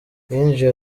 yinjiye